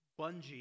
bungee